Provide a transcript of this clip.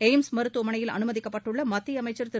AIIMS மருத்துவமனையில் அனுமதிக்கப்பட்டுள்ள மத்திய அமைச்சர் திரு